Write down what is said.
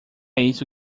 isso